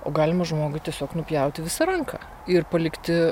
o galima žmogui tiesiog nupjauti visą ranką ir palikti